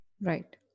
Right